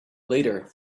later